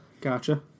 Gotcha